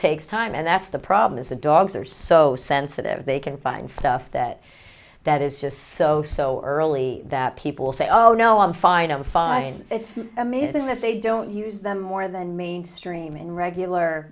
takes time and that's the problem is the dogs are so sensitive they can find stuff that that is just so so early that people say oh no i'm fine i'm fine it's amazing that they don't use them more than mainstream in regular